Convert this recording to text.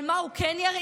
על מה הוא כן ירעיד?